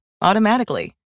automatically